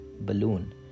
balloon